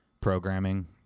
programming